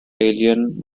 alien